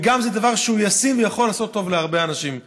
וגם זה דבר שהוא ישים ויכול לעשות טוב להרבה אנשים.